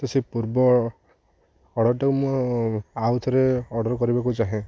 ତ ସେ ପୂର୍ବ ଅର୍ଡ଼ରଟାକୁ ମୁଁ ଆଉ ଥରେ ଅର୍ଡ଼ର କରିବାକୁ ଚାହେଁ